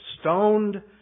Stoned